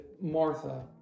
Martha